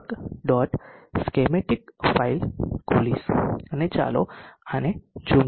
schematic file ખોલીશ અને ચાલો આને ઝૂમ કરીએ